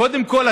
קודם כול,